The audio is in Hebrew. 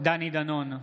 דני דנון,